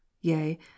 Yea